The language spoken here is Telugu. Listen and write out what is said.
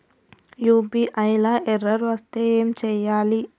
యూ.పీ.ఐ లా ఎర్రర్ వస్తే ఏం చేయాలి?